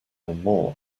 more